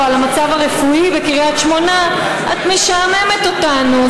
על המצב הרפואי בקריית שמונה: את משעממת אותנו,